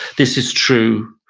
this is true,